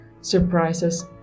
surprises